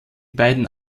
beiden